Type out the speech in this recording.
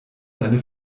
seine